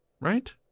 right